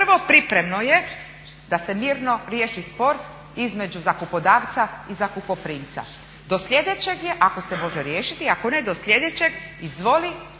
Prvo pripremno je da se mirno riješi spor između zakupodavca i zakupoprimca. Do sljedećeg je ako se može riješiti, ako ne do sljedećeg izvoli